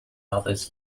others